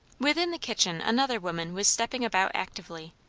within the kitchen another woman was stepping about actively,